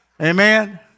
Amen